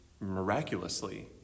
miraculously